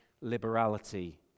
liberality